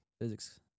Physics